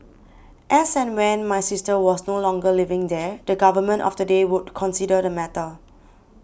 as and when my sister was no longer living there the Government of the day would consider the matter